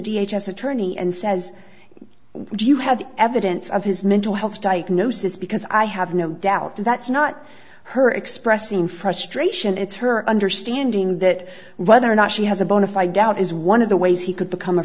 d h s attorney and says what do you have evidence of his mental health diagnosis because i have no doubt that's not her expressing frustration it's her understanding that whether or not she has a bonafide doubt is one of the ways he could become a